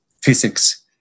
physics